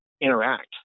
interact